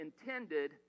intended